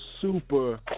super